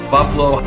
Buffalo